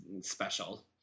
special